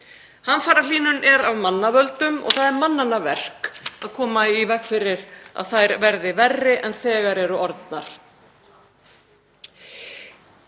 Hamfarahlýnun er af mannavöldum og það er mannanna verk að koma í veg fyrir að þær verði verri en þegar er orðið.